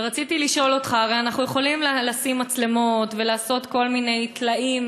ורציתי לשאול אותך: הרי אנחנו יכולים לשים מצלמות ולעשות כל מיני טלאים,